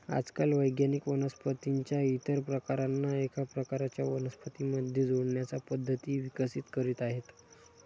आजकाल वैज्ञानिक वनस्पतीं च्या इतर प्रकारांना एका प्रकारच्या वनस्पतीं मध्ये जोडण्याच्या पद्धती विकसित करीत आहेत